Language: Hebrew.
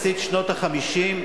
במחצית שנות ה-50,